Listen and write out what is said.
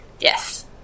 Yes